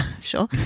sure